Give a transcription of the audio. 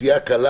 ששתייה קלה